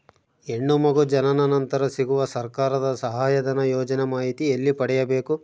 ಹೆಣ್ಣು ಮಗು ಜನನ ನಂತರ ಸಿಗುವ ಸರ್ಕಾರದ ಸಹಾಯಧನ ಯೋಜನೆ ಮಾಹಿತಿ ಎಲ್ಲಿ ಪಡೆಯಬೇಕು?